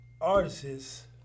Artists